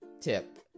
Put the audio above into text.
Tip